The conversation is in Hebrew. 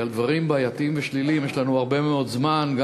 כי לדברים בעייתיים ושליליים יש לנו הרבה מאוד זמן,